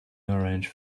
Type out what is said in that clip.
orange